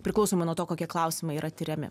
priklausomai nuo to kokie klausimai yra tiriami